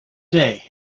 day